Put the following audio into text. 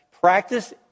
practice